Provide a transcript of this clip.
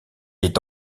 est